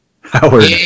howard